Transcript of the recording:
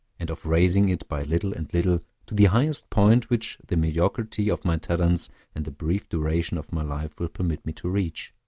and of raising it by little and little to the highest point which the mediocrity of my talents and the brief duration of my life will permit me to reach.